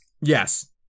Yes